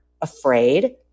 afraid